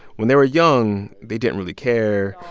when they were young, they didn't really care.